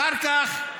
אחר כך: